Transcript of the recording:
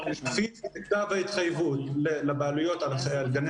לפי כתב ההתחייבויות לבעלויות על גני